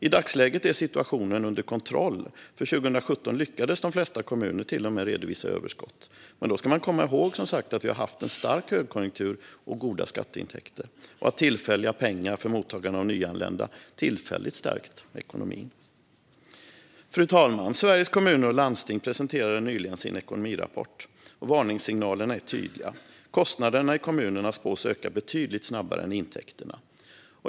I dagsläget är situationen under kontroll; år 2017 lyckades de flesta kommuner till och med redovisa överskott. Men då ska man som sagt komma ihåg att vi haft en stark högkonjunktur med goda skatteintäkter och att tillfälliga pengar för mottagande av nyanlända tillfälligt stärkt ekonomin. Fru talman! Sveriges Kommuner och Landsting presenterade nyligen sin ekonomirapport. Varningssignalerna är tydliga. Kostnaderna i kommunerna spås öka betydligt snabbare än intäkterna.